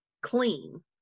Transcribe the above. clean